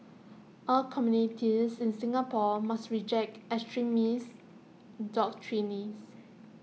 all communities in Singapore must reject extremist doctrines